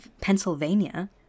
Pennsylvania